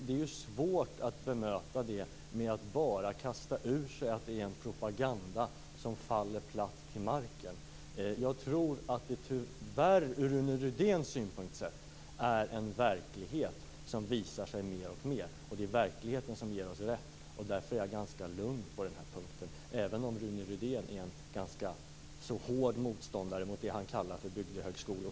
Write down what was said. Det är svårt att bemöta det med att bara kasta ur sig att det är en propaganda som "faller platt till marken". Jag tror att det från Rune Rydéns synvinkel, tyvärr, är en verklighet som visar sig mer och mer. Det är verkligheten som ger oss rätt. Därför är jag ganska lugn på den här punkten, trots att Rune Rydén är en ganska hård motståndare till vad han kallar för bygdehögskolor.